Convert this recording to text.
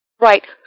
Right